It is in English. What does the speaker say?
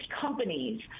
companies